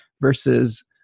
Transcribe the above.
versus